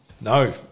No